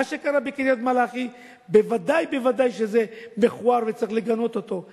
מה שקרה בקריית-מלאכי ודאי וודאי שזה מכוער וצריך לגנות את זה,